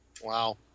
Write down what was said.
Wow